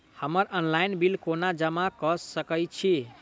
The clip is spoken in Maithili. हम्मर ऑनलाइन बिल कोना जमा कऽ सकय छी?